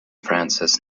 frances